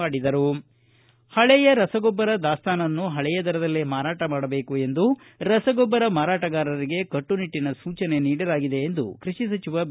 ಪಳೆಯ ರಸಗೊಬ್ಬರ ದಾಸ್ತಾನನ್ನು ಪಳೆಯ ದರದಲ್ಲೇ ಮಾರಾಟ ಮಾಡಬೇಕೆಂದು ರಸಗೊಬ್ಬರ ಮಾರಾಟಗಾರರಿಗೆ ಕಟ್ಟುನಿಟ್ಟಿನ ಸೂಜನೆ ನೀಡಲಾಗಿದೆ ಎಂದು ಕೃಷಿ ಸಚಿವ ಬಿ